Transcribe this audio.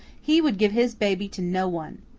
he would give his baby to no one.